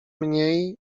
mniej